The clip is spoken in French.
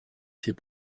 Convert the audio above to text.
ses